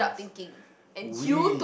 we